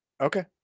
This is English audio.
okay